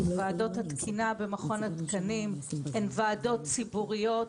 וועדות התקינה במכון התקנים הן ועדות ציבוריות.